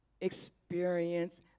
experience